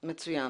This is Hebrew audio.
מצוין.